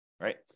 right